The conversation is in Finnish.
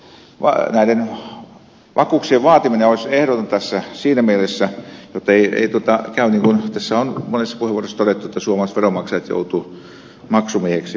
näiden vakuuksien vaatiminen olisi ehdotonta tässä siinä mielessä jottei käy niin kuin tässä on monessa puheenvuorossa todettu että suomalaiset veronmaksajat joutuvat maksumiehiksi